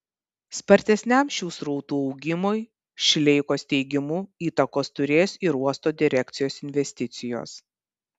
spartesniam šių srautų augimui šileikos teigimu įtakos turės ir uosto direkcijos investicijos